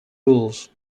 rolls